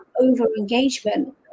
over-engagement